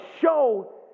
show